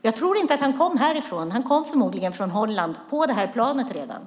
Jag tror inte att han kom härifrån. Han kom förmodligen från Holland och var redan med på det här planet.